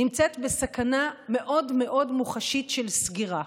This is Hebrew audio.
נמצאת בסכנה מאוד מאוד מוחשית של סגירה.